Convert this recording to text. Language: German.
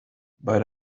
bei